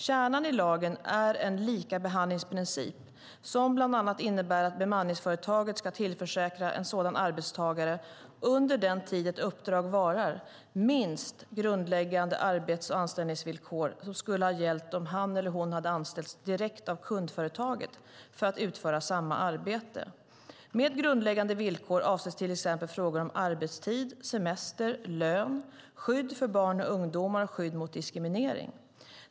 Kärnan i lagen är en likabehandlingsprincip som bland annat innebär att bemanningsföretaget ska tillförsäkra en sådan arbetstagare, under den tid ett uppdrag varar, minst de grundläggande arbets och anställningsvillkor som skulle ha gällt om han eller hon hade anställts direkt av kundföretaget för att utföra samma arbete. Med grundläggande villkor avses till exempel frågor om arbetstid, semester, lön, skydd för barn och ungdomar och skydd mot diskriminering.